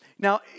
Now